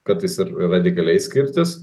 kartais ir radikaliai skirtis